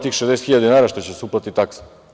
Tih 60.000 dinara što će da se uplati taksa?